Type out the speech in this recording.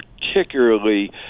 particularly